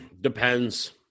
depends